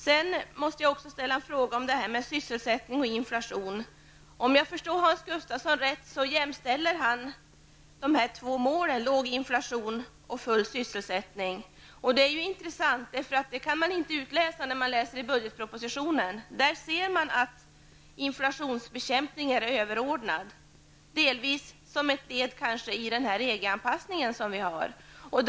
Jag måste också ställa några frågor om sysselsättning och inflation. Om jag förstår Hans Gustafsson rätt så jämställer han de två målen låg inflation och full sysselsättning. Det är intressant eftersom man inte kan utläsa detta i budgetpropositionen. Där ser man att inflationsbekämpningen är överordnad. Det kanske delvis är ett led i vår EG-anpassning.